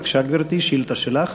בבקשה, גברתי, שאילתה שלך.